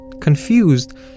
Confused